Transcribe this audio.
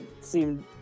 seemed